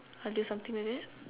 I'll do something with it